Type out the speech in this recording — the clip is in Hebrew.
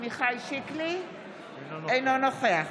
אינו נוכח